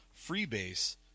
freebase